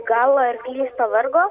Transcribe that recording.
gal arklys pavargo